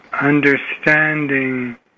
understanding